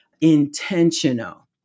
intentional